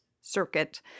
circuit